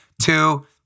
Two